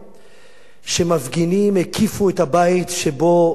מפגינים הקיפו את הבית שבו גר אביך,